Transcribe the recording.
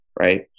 right